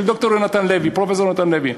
של פרופסור יהונתן הלוי.